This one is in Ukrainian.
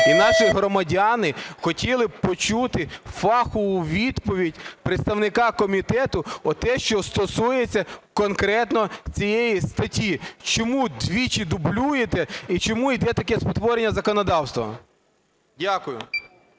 і наші громадяни хотіли б почули фахову відповідь представника комітету те, що стосується конкретно цієї статті. Чому двічі дублюєте і чому йде таке спотворення законодавства? Дякую.